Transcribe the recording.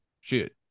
shoot